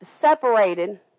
separated